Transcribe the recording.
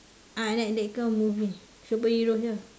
ah that that kind of movie superhero jer